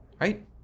right